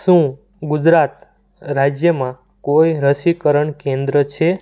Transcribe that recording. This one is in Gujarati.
શું ગુજરાત રાજ્યમાં કોઈ રસીકરણ કેન્દ્ર છે